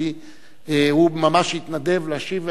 כי הוא ממש התנדב להשיב,